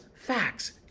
facts